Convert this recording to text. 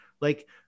Like-